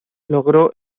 logró